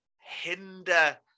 hinder